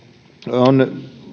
on